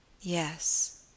Yes